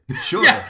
sure